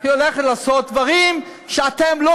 שהולכת לעשות דברים שאתם לא